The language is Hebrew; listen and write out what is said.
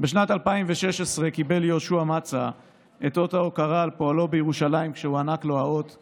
בסוף השבוע הקרוב יפוגו 45 ימים להנחה של